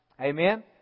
Amen